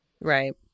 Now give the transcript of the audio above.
Right